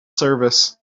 service